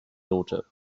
daughter